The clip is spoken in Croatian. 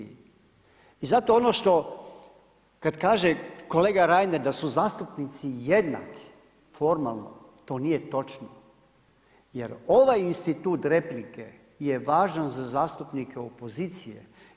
I zato ono što kad kaže kolega Reiner, da su zastupnici jednaki formalno, to nije točno, jer ovaj institut replike je važan za zastupnike opozicije.